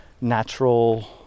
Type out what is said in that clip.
natural